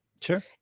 sure